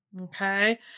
okay